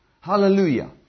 Hallelujah